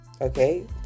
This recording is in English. okay